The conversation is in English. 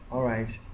alright,